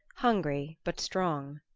hungry but strong.